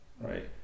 right